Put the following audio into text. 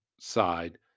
side